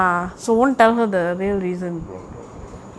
don't don't don't